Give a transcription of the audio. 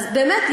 אז באמת,